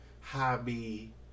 hobby